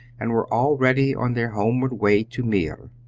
and were already on their homeward way to meer.